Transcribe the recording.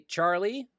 Charlie